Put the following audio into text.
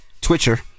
Twitcher